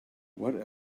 what